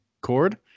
cord